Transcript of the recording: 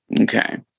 Okay